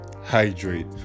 hydrate